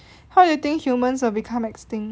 how do you think humans will become extinct